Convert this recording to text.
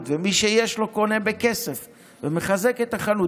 ומי שיש לו קונה בכסף ומחזק את החנות.